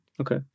Okay